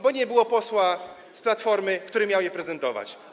Bo nie było posła z Platformy, który miał je prezentować.